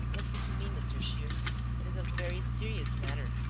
listen to me, mr. shears it is a very serious matter.